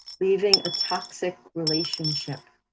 leaving a toxic relationship.